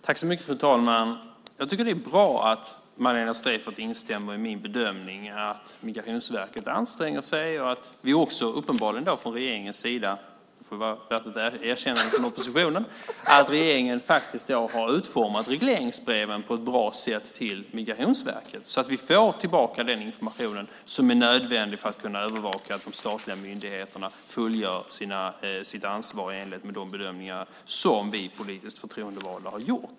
Fru talman! Jag tycker att det är bra att Magdalena Streijffert instämmer i min bedömning att Migrationsverket anstränger sig och att vi från regeringens sida - det är värt ett erkännande från oppositionen - har utformat regleringsbreven på ett bra sätt till Migrationsverket. Då får vi tillbaka den information som är nödvändig för att kunna övervaka att de statliga myndigheterna fullgör sitt ansvar enligt de bedömningar som vi politiskt förtroendevalda har gjort.